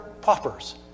paupers